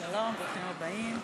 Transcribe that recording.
שלום, ברוכים הבאים.